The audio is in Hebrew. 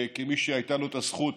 כמי שהייתה לו הזכות